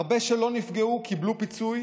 הרבה שלא נפגעו קיבלו פיצוי